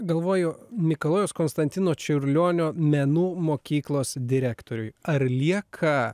galvoju mikalojaus konstantino čiurlionio menų mokyklos direktoriui ar lieka